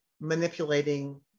manipulating